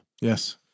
Yes